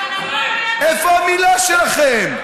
אבל, איפה המילה שלכם?